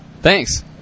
Thanks